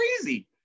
crazy